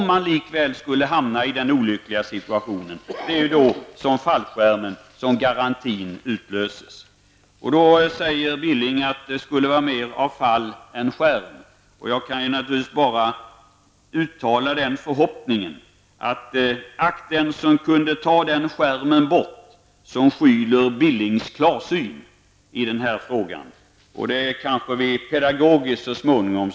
Om man likväl skulle hamna i den olyckliga situationen utlöses garantin -- fallskärmen. Knut Billing säger att det då är fråga om mer fall än skärm. Jag kan naturligtvis uttala förhoppningen att någon tar bort den skärm som skyler Knut Billings klarsyn i denna fråga. Pedagogiskt kommer vi kanske att lyckas så småningom.